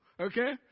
Okay